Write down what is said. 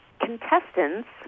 contestants